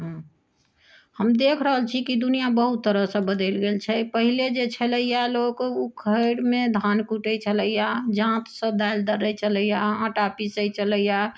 हम देख रहल छी कि दुनिआ बहुत तरहसँ बदलि गेल छै पहिले जे छलैया लोक उखड़िमे धान कुटै छलैया जाँतसँ दालि दर्रे छलैया आँटा पीसै छलैया